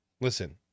listen